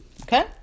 Okay